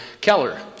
Keller